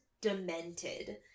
demented